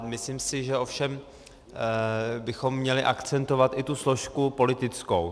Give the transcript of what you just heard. Myslím si ovšem, že bychom měli akcentovat i tu složku politickou.